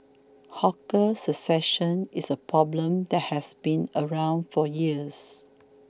hawker succession is a problem that has been around for years